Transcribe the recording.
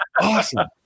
awesome